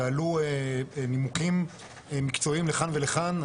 ועלו נימוקים מקצועיים לכאן ולכאן.